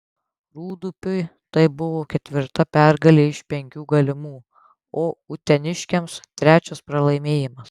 rūdupiui tai buvo ketvirta pergalė iš penkių galimų o uteniškiams trečias pralaimėjimas